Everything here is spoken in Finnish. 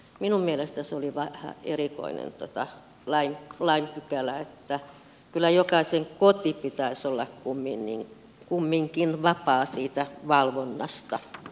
minun mielestäni se oli vähän erikoinen lain pykälä että kyllä jokaisen kodin pitäisi olla kumminkin vapaa siitä valvonnasta